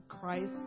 christ